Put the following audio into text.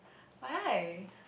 why